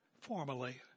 formally